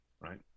right